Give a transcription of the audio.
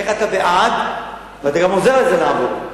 איך אתה בעד ואתה גם עוזר לזה לעבור.